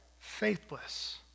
faithless